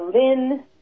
Lynn